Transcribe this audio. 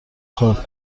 خواد